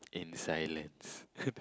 in silence